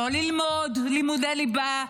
לא ללמוד לימודי ליבה,